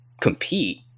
compete